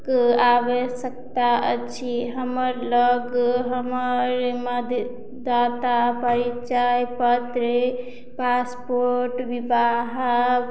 कऽ आवश्यकता अछि हमर लग हमर मतदाता परिचय पत्र पासपोर्ट बिबाह